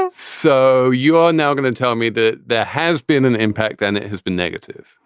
ah so you are now going to tell me that there has been an impact and it has been negative?